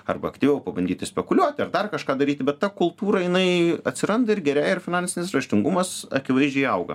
arba aktyviau pabandyti spekuliuoti ir dar kažką daryti bet ta kultūra jinai atsiranda ir gerėja ir finansinis raštingumas akivaizdžiai auga